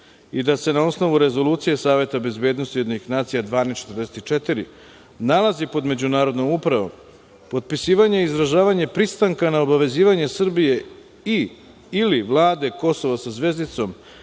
i da se na osnovu Rezolucije Saveta bezbednosti UN 1244 nalazi pod međunarodnom upravom, potpisivanje, izražavanje pristanka na obavezivanje Srbije i ili vlade Kosovo sa zvezdicom